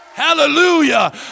Hallelujah